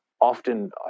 often